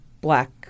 black